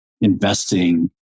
investing